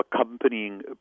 accompanying